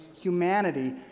humanity